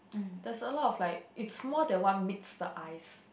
there's a lot of like it's more than one meets the eyes